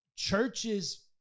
churches